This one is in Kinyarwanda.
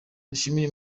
dushimire